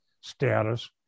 status